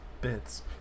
Bits